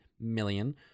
million